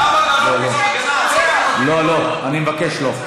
לא לא, אני מבקש לא.